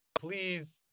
please